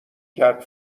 کرد